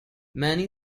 many